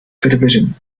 television